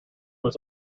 was